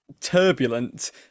turbulent